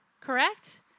correct